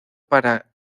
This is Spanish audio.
para